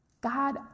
God